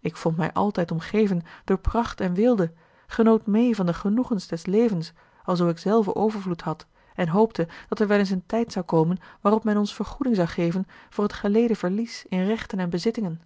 ik vond mij altijd omgeven door pracht en weelde genoot meê van de genoegens des levens alzoo ik zelve overvloed had en hoopte altijd dat er wel eens een tijd zou komen waarop men ons vergoeding zou geven voor het geleden verlies in rechten en bezittingen